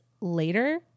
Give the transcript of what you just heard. later